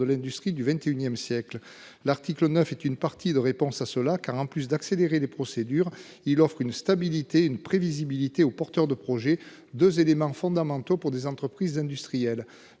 l'industrie du XXIe siècle. L'article 9 est une partie de réponse à cela car en plus d'accélérer les procédures, il offre une stabilité une prévisibilité aux porteurs de projets 2 éléments fondamentaux pour des entreprises industrielles.